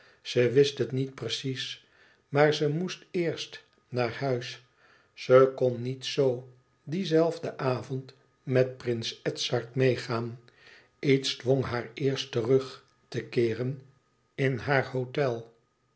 ze wist het niet precies maar ze moest eerst naar huis ze kn niet zoo dien zelfden avond met prins edzard meêgaan iets dwong haar eerst terug te keeren in haar hôtel